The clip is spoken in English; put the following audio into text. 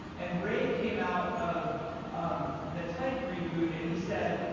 and ray came out of um the titan reboot, and he said.